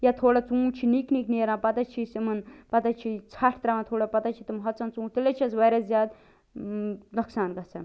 یا تھوڑا ژوٗنٛٹھۍ چھِ نِکۍ نِکۍ نیران پتہٕ حظ چھِ أسۍ یِمن پتہٕ حظ چھِ ژھَٹھ ترٛاوان تھوڑا پتہٕ حظ چھِ تِم ہۄژان ژونٛٹھۍ تیٚلہِ حظ چھُ اسہِ وارِیاہ زیادٕ نۄقصان گَژھان